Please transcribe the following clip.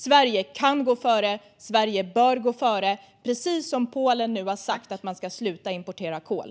Sverige kan gå före, och Sverige bör gå före - precis som Polen, som nu har sagt att man ska sluta importera kol.